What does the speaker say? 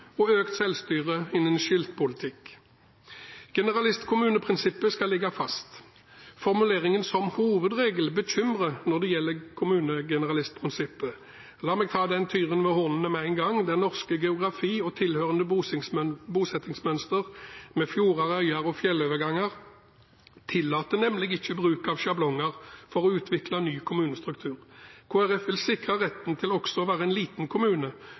kommuner økt selvstyre innen skiltpolitikken Generalistkommuneprinsippet skal ligge fast. Formuleringen «som hovedregel» bekymrer når det gjelder generalistkommuneprinsippet. La meg ta den tyren ved hornene med én gang: Den norske geografien og tilhørende bosettingsmønster med fjorder, øyer og fjelloverganger tillater nemlig ikke bruk av sjablonger for å utvikle ny kommunestruktur. Kristelig Folkeparti vil sikre retten til også å være en liten kommune,